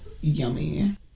yummy